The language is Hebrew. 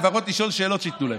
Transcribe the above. לפחות לשאול שאלות שייתנו להם.